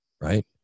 right